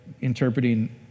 interpreting